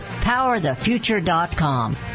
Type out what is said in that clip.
PowerTheFuture.com